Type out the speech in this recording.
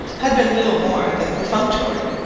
had been little more than perfunctory.